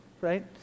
right